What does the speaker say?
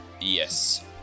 Yes